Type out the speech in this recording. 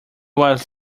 was